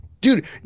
dude